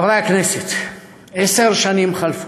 חברי הכנסת, עשר שנים חלפו,